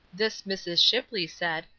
this mrs. shipley said,